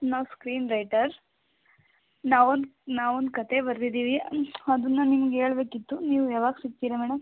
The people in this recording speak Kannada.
ನಾವು ಸ್ಕ್ರೀನ್ ರೈಟರ್ ನಾವೊಂದು ನಾವೊಂದು ಕತೆ ಬರೆದಿದ್ದೀವಿ ಅದನ್ನು ನಿಮ್ಗೆ ಹೇಳ್ಬೇಕಿತ್ತು ನೀವು ಯಾವಾಗ ಸಿಗ್ತೀರಾ ಮೇಡಮ್